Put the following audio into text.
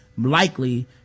Likely